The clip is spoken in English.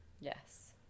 Yes